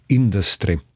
industry